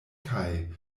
kaj